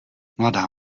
mladá